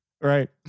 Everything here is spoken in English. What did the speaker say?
Right